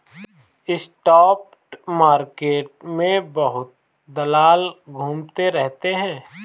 spot market में बहुत दलाल घूमते रहते हैं